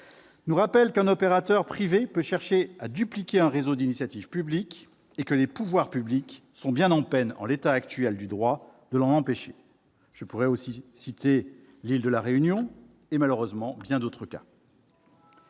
nous rappelle qu'un opérateur privé peut chercher à dupliquer un réseau d'initiative publique et que les pouvoirs publics sont bien en peine, en l'état actuel du droit, de l'en empêcher. Je pourrais également citer l'île de La Réunion et, malheureusement, bien d'autres cas